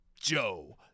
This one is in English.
Joe